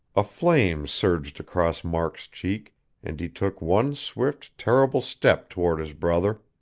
a flame surged across mark's cheek and he took one swift, terrible step toward his brother.